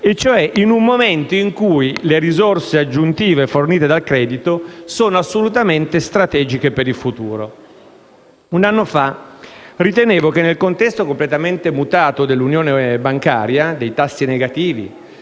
ovvero in un momento in cui le risorse aggiuntive fornite dal credito sono assolutamente strategiche per il futuro. Un anno fa ritenevo che nel contesto completamente mutato dell'Unione bancaria, dei tassi negativi,